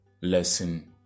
Lesson